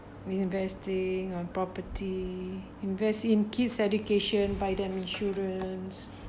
investing on property invest in kids education buy them insurance